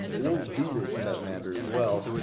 or google for that matter, as well?